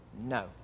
No